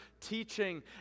teaching